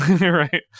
right